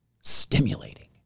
stimulating